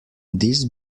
this